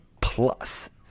plus